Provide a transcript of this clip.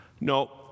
No